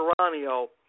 Serrano